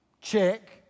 check